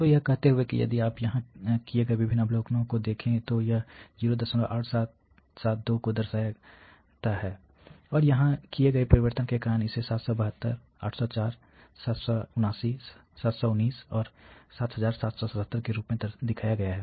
तो यह कहते हुए कि यदि आप यहाँ किए गए विभिन्न अवलोकनों को देखें तो यह 08772 को दर्शाता है और यहाँ किए गए परिवर्तन के कारण इसे 772 804 779 719 और 7777 के रूप में दिखाया गया है